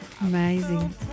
amazing